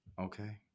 Okay